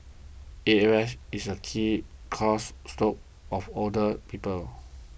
A F is a key cause stroke of older people